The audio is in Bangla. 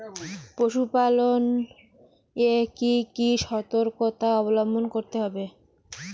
পশুপালন এ কি কি সর্তকতা অবলম্বন করতে হবে?